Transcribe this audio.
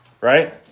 right